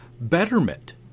betterment